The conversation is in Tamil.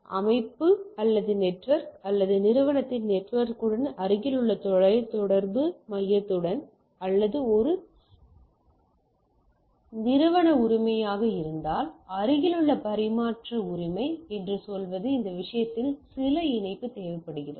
அமைப்பு அல்லது நெட்வொர்க் அல்லது நிறுவன நெட்வொர்க்குடன் அருகிலுள்ள தொலைத் தொடர்பு மையத்துடன் அல்லது ஒரு நிறுவன உரிமையாக இருந்தால் அருகிலுள்ள பரிமாற்ற உரிமை என்று சொல்வது இந்த விஷயத்தில் சில இணைப்பு தேவைப்படுகிறது